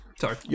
Sorry